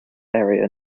area